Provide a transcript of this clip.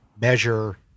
measure